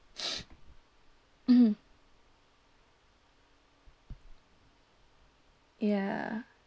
mm ya